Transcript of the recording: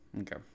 Okay